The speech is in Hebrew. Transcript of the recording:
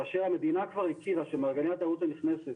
כאשר המדינה כבר הכירה שמארגני התיירות הנכנסת